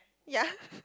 ya